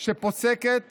שפוסקת